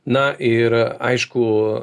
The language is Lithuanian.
na ir aišku